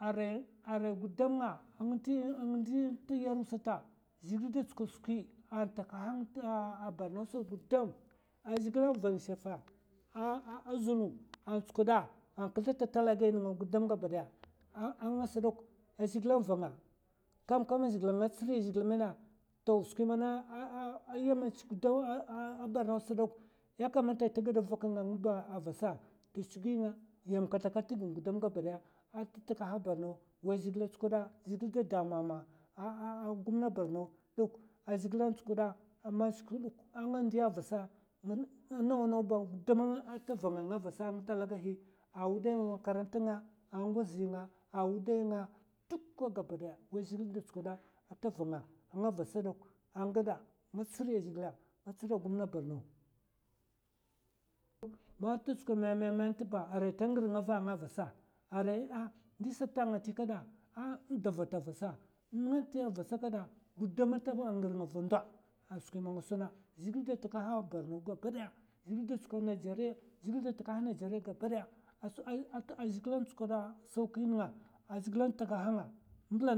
Arai, arai gudama ng ndi nt yarw sata zhègil da tsukwa skwi a takaha nga ta borno sa gudam, zhègila van shafa a zulum an tsukwada an ksladata talagai nènga gudam gabadaya a ngas dok a zhègila v'nga kam kama zhègil nga tsiriya zhègil mèna toh skwi mana ah ha yaman chi bornos gudam dok, yakamata ta gada vaka nga vasa tè chu giya, yam kata kat tigi'ng gudam gaba daya ata takaha borno wai zhègila tsukwada, zhègil da damama a gumna borno dok a zhègila tsukwana ama skwi buk a nga ndiya vasa, a nawa nawa ba gudam ta vanga nga vasa ng talagahi. a wudai nga t'makaranta nga, a ngozi nga, a wudai nga dukka gaba daya. wai zhègil da tsukwada ata vanga vasa dok a nga gada nga tsiriya zhègila, nga tsiriya gomna borno. Mata tsukwa mèmmèm tba, arai ta ngir va nga vasa, arai ndi sat ah ta ngati kada, a da vata vasa, n'nèngati vasa kada gudam ta ngar nga va ndo a skwi man nga suna. Zhègil da takaha borno gabadaya, zhègil da tsukwa najèriya zhègil da takaha najèri gabadaya, a zhègila tsukwa sauki nènga a zhègila takaha nga nènga